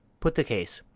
put the case,